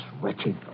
wretched